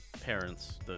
parents